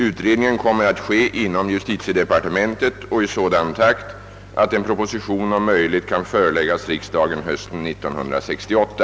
Utredningen kommer att ske inom justitiedepartementet och i sådan takt att en proposition om möjligt kan föreläggas riksdagen hösten 1968.